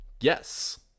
Yes